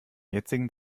jetzigen